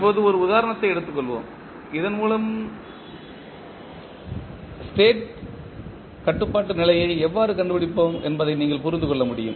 இப்போது ஒரு உதாரணத்தை எடுத்துக்கொள்வோம் இதன்மூலம் ஆம் ஸ்டேட் கட்டுப்பாட்டு நிலையை எவ்வாறு கண்டுபிடிப்போம் என்பதை நீங்கள் புரிந்து கொள்ள முடியும்